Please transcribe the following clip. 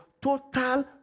total